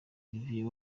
olivier